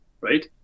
right